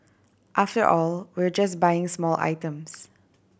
after all we're just buying small items